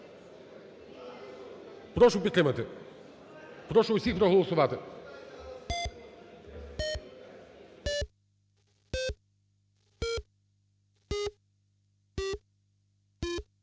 Прошу підтримати. Прошу усіх проголосувати.